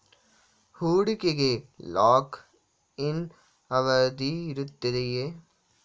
ಹೂಡಿಕೆಗೆ lock in ಅವಧಿ ಇರುತ್ತದೆಯೇ?